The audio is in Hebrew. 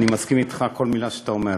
אני מסכים אתך בכל מילה שאתה אומר,